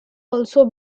also